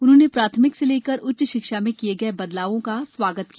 उन्होंने प्राथमिक से लेकर उच्च शिक्षा में किये गये बदलावों का स्वागत किया